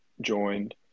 joined